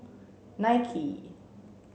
Nike